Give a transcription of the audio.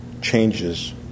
changes